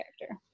character